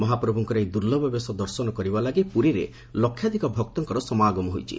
ମହାପ୍ରଭୁଙ୍କର ଏହି ଦୁର୍ଲ୍ଲଭ ବେଶ ଦର୍ଶନ କରିବା ଲାଗି ପୁରୀରେ ଲକ୍ଷାଧିକ ଭକ୍ତଙ୍କର ସମାଗମ ହୋଇଛି